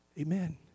Amen